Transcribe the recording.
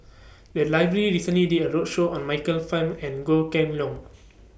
The Library recently did A roadshow on Michael Fam and Goh Kheng Long